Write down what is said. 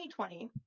2020